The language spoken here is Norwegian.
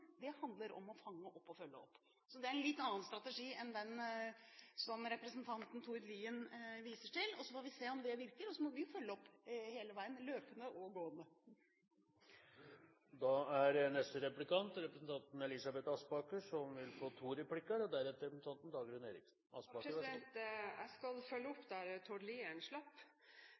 Det handler om å fange opp og følge opp, så det er en litt annen strategi enn den representanten Tord Lien viser til. Så får vi se om det virker, og så må vi følge opp hele veien – løpende og gående. Jeg skal følge opp der Tord Lien slapp. Jeg tenker at hvis man virkelig skal få snudd denne pyramiden, og